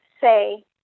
say